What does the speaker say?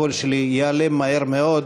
הקול שלי ייעלם מהר מאוד,